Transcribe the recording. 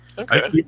Okay